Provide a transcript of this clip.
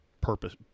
purpose